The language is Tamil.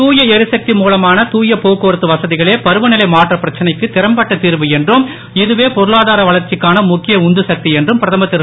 தூயஎரிசக்தி மூலமான தூய போக்குவரத்து வசதிகளை பருவநிலை மாற்ற பிரச்னைக்கு திறம்பட்ட திர்வு என்றும் இதுவே பொருளாதார வளர்ச்சிக்கான முக்கிய உந்து சக்தி என்றும் பிரதமர் திரு